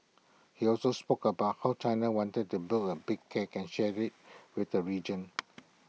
he also spoke about how China wanted to build A big cake and share IT with the region